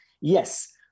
yes